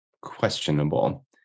questionable